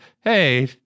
hey